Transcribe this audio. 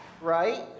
right